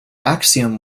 axiom